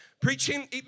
Preaching